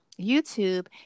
YouTube